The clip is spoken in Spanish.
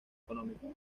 económicas